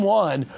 one